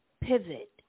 pivot